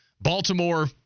Baltimore